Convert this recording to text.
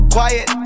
Quiet